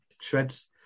shreds